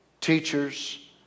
teachers